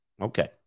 okay